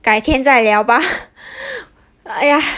改天再聊吧哎呀